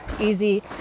easy